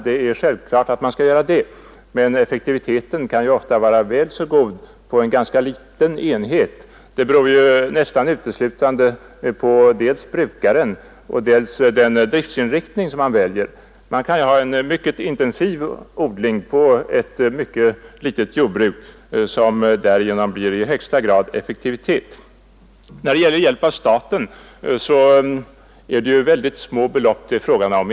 Det är självklart att man skall göra det, men effektiviteten kan ofta vara väl så god på en ganska liten enhet. Det beror nästan uteslutande på brukaren och på den driftsinriktning som han väljer. Man kan ha en mycket intensiv odling på ett litet jordbruk, som därigenom blir i högsta grad effektivt. När det gäller hjälp från staten är det som regel små belopp det är fråga om.